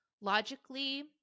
Logically